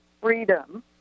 freedom